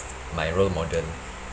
my role model